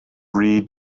three